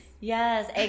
Yes